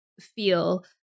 feel